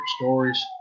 stories